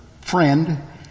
friend